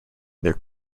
their